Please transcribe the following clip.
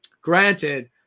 Granted